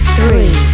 Three